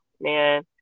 man